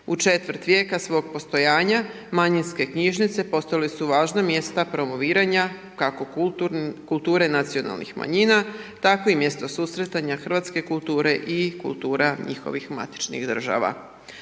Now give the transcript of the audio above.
U četvrt vijeka svog postojanja manjinske knjižnice postale su važna mjesta promoviranja, kako kulture nacionalnih manjina, tako i mjesto susretanja hrvatske kulture i kultura njihovih matičnih država.